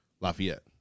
Lafayette